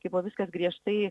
kai buvo viskas griežtai